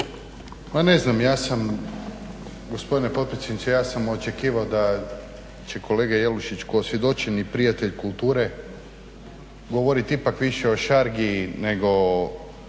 ne znam ja sam gospodine potpredsjedniče, ja sam očekivao da će kolega Jelušić ko svjedočim prijatelj kulture govoriti ipak više o šargi nego